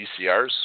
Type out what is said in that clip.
VCRs